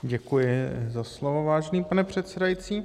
Děkuji za slovo, vážený pane předsedající.